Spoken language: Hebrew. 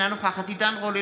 אינה נוכחת עידן רול,